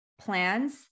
plans